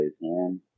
man